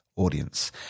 audience